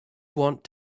want